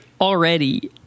already